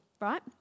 right